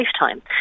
lifetime